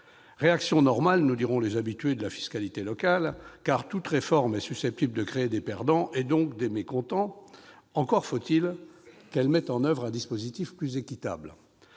réaction normale, nous dirons les habitués de la fiscalité locale, car toute réforme est susceptible de créer des perdants et donc des mécontents. Mais encore faut-il qu'elle mette en oeuvre un dispositif plus équitable.